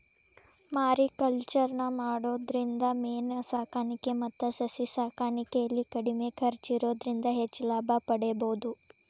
mariculture ನ ಮಾಡೋದ್ರಿಂದ ಮೇನ ಸಾಕಾಣಿಕೆ ಮತ್ತ ಸಸಿ ಸಾಕಾಣಿಕೆಯಲ್ಲಿ ಕಡಿಮೆ ಖರ್ಚ್ ಇರೋದ್ರಿಂದ ಹೆಚ್ಚ್ ಲಾಭ ಪಡೇಬೋದು